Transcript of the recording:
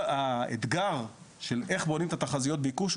האתגר של איך בונים את תחזיות הביקוש,